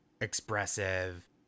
expressive